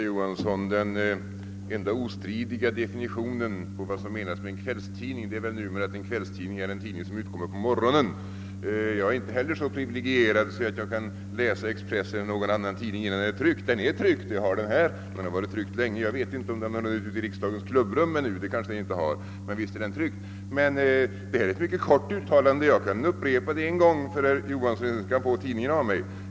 Herr talman! Den enda ostridiga definitionen av vad som menas med en kvällstidning är väl, att det numera är en tidning som utkommer på morgonen! Jag är inte heller så privilegierad att jag kan läsa Expressen eller någon annan tidning innan den är tryckt. Men den är tryckt — jag har den här — men den kanske ännu inte hunnit ut i riksdagens klubbrum. Det uttalande jag citerade är mycket kort, och jag kan upprepa det ännu en gång.